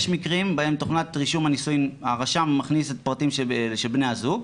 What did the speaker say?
יש מקרים בהם הרשם מכניס את הפרטים של בני הזוג,